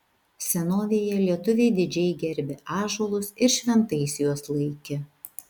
senovėje lietuviai didžiai gerbė ąžuolus ir šventais juos laikė